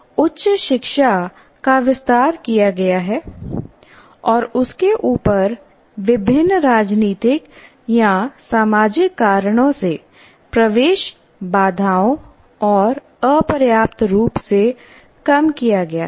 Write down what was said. उच्च शिक्षा का विस्तार किया गया है और उसके ऊपर विभिन्न राजनीतिक या सामाजिक कारणों से प्रवेश बाधाओं को अपर्याप्त रूप से कम किया गया है